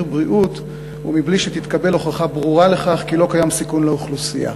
בריאות ומבלי שתתקבל הוכחה ברורה לכך כי לא קיים סיכון לאוכלוסייה.